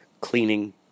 cleaning